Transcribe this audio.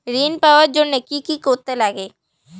ঋণ পাওয়ার জন্য কি কি করতে লাগে?